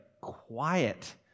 quiet